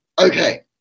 Okay